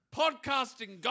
podcasting